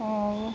ହଉ